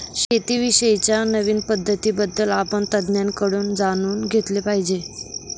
शेती विषयी च्या नवीन पद्धतीं बद्दल आपण तज्ञांकडून जाणून घेतले पाहिजे